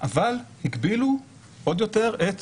אבל הגבילו עוד יותר את